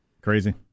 Crazy